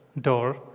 door